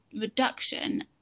reduction